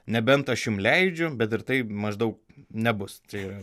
nebent aš jum leidžiu bet ir taip maždaug nebus tai yra